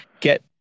get